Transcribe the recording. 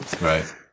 Right